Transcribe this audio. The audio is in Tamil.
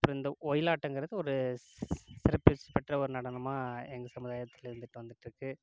அப்புறம் இந்த ஒயிலாட்டங்கிறது ஒரு சிறப்பு பெற்ற ஒரு நடனமாக எங்கள் சமுதாயத்தில் இருந்துகிட்டு வந்துட்டுருக்கு